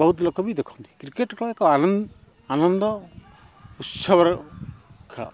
ବହୁତ ଲୋକ ବି ଦେଖନ୍ତି କ୍ରିକେଟ୍ ଖେଳ ଏକ ଆନନ୍ଦ ଆନନ୍ଦ ଉତ୍ସବର ଖେଳ